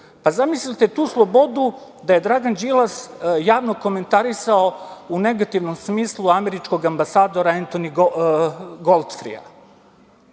Zamislite tu slobodu da je Dragan Đilas javno komentarisao u negativnom smislu američkog ambasadora Entoni Godfrija.